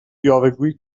یاوهگویی